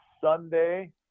Sunday